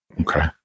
Okay